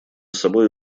собой